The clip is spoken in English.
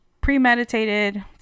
premeditated